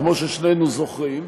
כמו ששנינו זוכרים,